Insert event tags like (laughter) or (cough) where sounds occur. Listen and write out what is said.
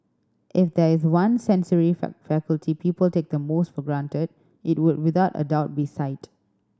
if there is one sensory (unintelligible) faculty people take the most for granted it would without a doubt be sight